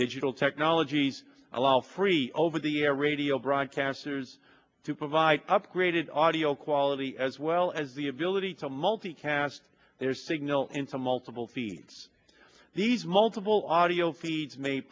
digital technologies allow free over the air radio broadcasters to provide upgraded audio quality as well as the ability to multicast their signal into multiple feeds these multiple audio feeds ma